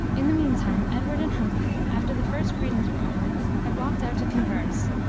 in the mean time, edward and humphrey, after the first greetings were over, had walked out to converse,